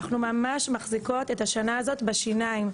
אנחנו ממש מחזיקות את השנה הזאת בשיניים,